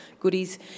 goodies